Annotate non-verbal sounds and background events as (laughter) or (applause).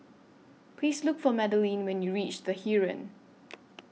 Please Look For Madelene when YOU REACH The Heeren (noise)